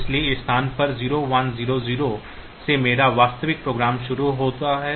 इसलिए स्थान पर 0100 से मेरा वास्तविक प्रोग्राम शुरू होता है